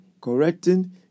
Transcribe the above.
correcting